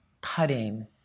cutting